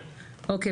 אוקיי.